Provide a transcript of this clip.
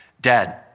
dead